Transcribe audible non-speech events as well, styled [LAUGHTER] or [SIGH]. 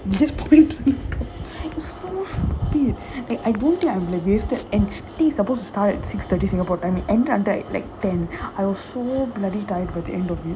they just point to the laptop [LAUGHS] it's so stupid like I don't think I'm that wasted and this thing is supposed to start at six thirty singapore time and run until like ten I was so bloody tired by the end of it